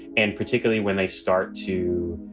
and particularly when they start to